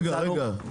רגע,